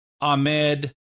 Ahmed